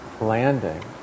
landing